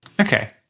Okay